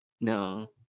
No